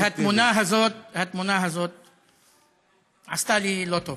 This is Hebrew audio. אבל התמונה הזאת עשתה לי לא טוב.